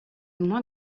moins